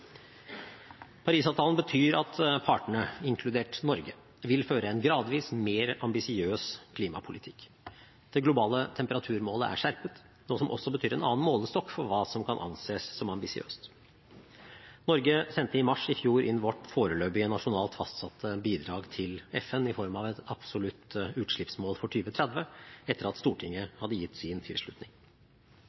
betyr at partene – inkludert Norge – vil føre en gradvis mer ambisiøs klimapolitikk. Det globale temperaturmålet er skjerpet, noe som også betyr en annen målestokk for hva som kan anses som ambisiøst. Norge sendte i mars i fjor inn vårt foreløpige nasjonalt fastsatte bidrag til FN, i form av et absolutt utslippsmål for 2030, etter at Stortinget hadde gitt sin tilslutning.